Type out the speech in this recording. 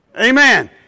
Amen